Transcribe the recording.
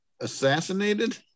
assassinated